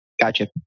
Gotcha